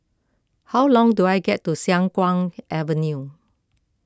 how long do I get to Siang Kuang Avenue